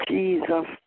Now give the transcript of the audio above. Jesus